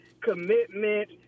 commitment